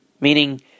Meaning